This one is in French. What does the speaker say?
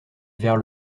vers